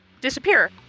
disappear